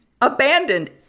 abandoned